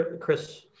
Chris